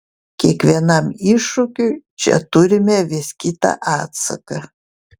kiekvienam iššūkiui čia turime vis kitą atsaką